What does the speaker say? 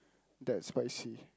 that spicy